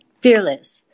fearless